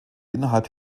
innerhalb